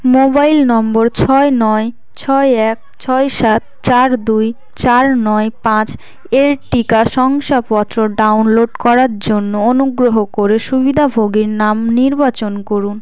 mobile নম্বর ছয় নয় ছয় এক ছয় সাত চার দুই চার নয় পাঁচ এর টিকা শংসাপত্র ডাউনলোড করার জন্য অনুগ্রহ করে সুবিধাভোগীর নাম নির্বাচন করুন